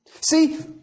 See